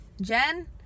Jen